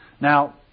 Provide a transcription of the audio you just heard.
Now